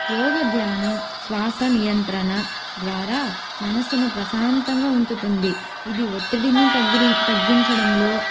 యోగధ్యానం శ్వాస నియంత్రణ ద్వారా మనసును ప్రశాంతంగా ఉంచుతుంది ఇది ఒత్తిడిని తగ్గిరి తగ్గించడంలో